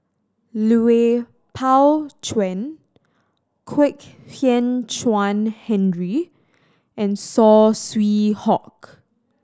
Lui Pao Chuen Kwek Hian Chuan Henry and Saw Swee Hock